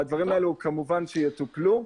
והדברים האלה כמובן שיטופלו.